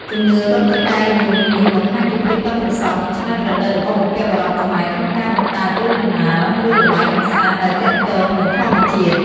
ជំនឿរាប់តុកែយំនេះបង្ហាញពីភាពប៉ិនប្រសប់ និងច្នៃប្រឌិតរបស់បុព្វបុរសខ្មែរក្នុងការបង្កើតរឿងដំណាល ឬល្បែងកម្សាន្តដែលទាក់ទងនឹងធម្មជាតិ។